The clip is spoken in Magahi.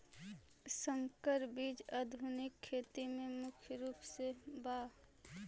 संकर बीज आधुनिक खेती में मुख्य रूप से बा